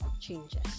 changes